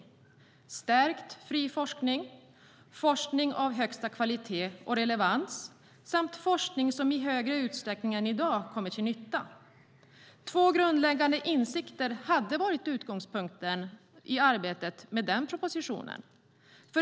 Det handlar om stärkt fri forskning, forskning av högsta kvalitet och relevans och forskning som i högre utsträckning än i dag kommer till nytta. Två grundläggande insikter var utgångspunkten i arbetet med propositionen.